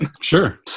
Sure